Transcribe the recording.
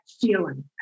feeling